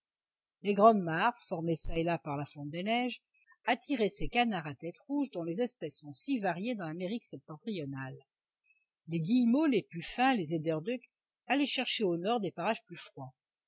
les grandes mares formées çà et là par la fonte des neiges attiraient ces canards à tête rouge dont les espèces sont si variées dans l'amérique septentrionale les guillemots les puffins les eider ducks allaient chercher au nord des parages plus froids